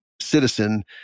citizen